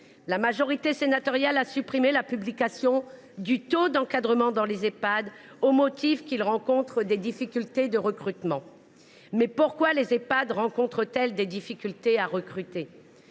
La majorité sénatoriale a supprimé la publication du taux d’encadrement dans les Ehpad au motif qu’ils rencontrent des difficultés de recrutement. Mais pourquoi les Ehpad rencontrent ils des difficultés de recrutement